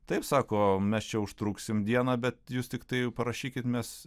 taip sako mes čia užtruksim dieną bet jūs tiktai parašykit mes